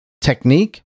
technique